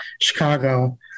Chicago